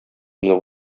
менеп